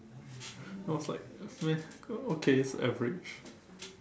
I was like meh okay it's average